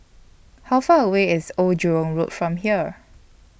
How Far away IS Old Jurong Road from here